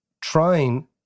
trying